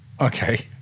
Okay